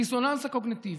הדיסוננס הקוגניטיבי,